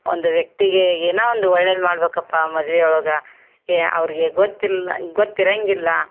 ಒಂದು ವ್ಯಕ್ತಿಗೆ ಏನೋ ಒಂದು ಒಳ್ಳೇದು ಮಾಡಬೇಕಪ್ಪ ಮದ್ವೆ ಒಳಗೆ ಯ ಅವರಿಗೆ ಗೊತ್ತಿಲ್ಲ ಗೊತ್ತಿರೋಂಗಿಲ್ಲ